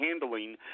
handling